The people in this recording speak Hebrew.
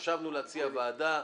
חשבנו להציע ועדה.